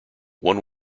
one